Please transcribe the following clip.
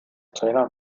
trainer